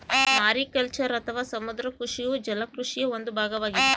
mariculture ಅಥವಾ ಸಮುದ್ರ ಕೃಷಿಯು ಜಲ ಕೃಷಿಯ ಒಂದು ಭಾಗವಾಗಿದೆ